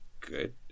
good